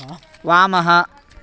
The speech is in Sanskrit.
वामः